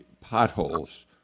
potholes